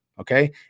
okay